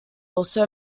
also